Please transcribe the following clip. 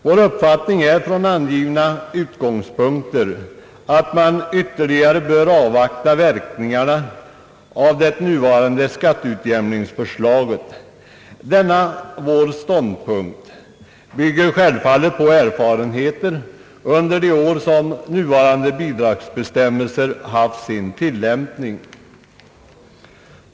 Vår uppfattning är från angivna utgångspunkter att man ytterligare bör av vakta verkningarna av det nuvarande skatteutjämningsförslaget. Denna vår ståndpunkt bygger självfallet på erfarenheter under de år som nuvarande bidragsbestämmelser haft sin tillämpning.